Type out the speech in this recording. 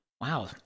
Wow